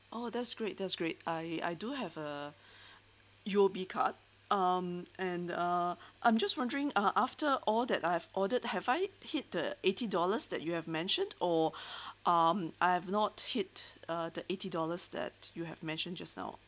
oh that's great that's great I I do have a U_O_B card um and uh I'm just wondering uh after all that I have ordered have I hit the eighty dollars that you have mentioned or um I have not hit uh the eighty dollars that you have mentioned just now